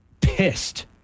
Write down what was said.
pissed